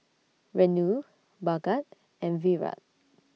Renu Bhagat and Virat